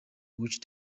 which